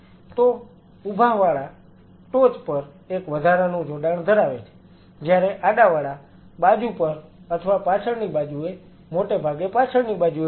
તો ઊભાવાળા ટોચ પર એક વધારાનું જોડાણ ધરાવે છે જયારે આડાવાળા બાજુ પર અથવા પાછળની બાજુએ મોટેભાગે પાછળની બાજુએ હોય છે